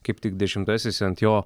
kaip tik dešimtasis ant jo